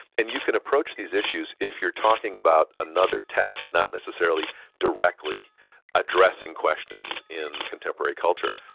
and you can approach these issues if you're talking about another text, not necessarily directly addressing questions in contemporary culture,